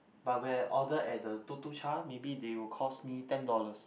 but when I order at the Tuk-Tuk-Cha maybe they will cost me ten dollars